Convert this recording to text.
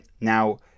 Now